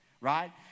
right